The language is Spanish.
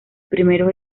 primeros